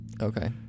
Okay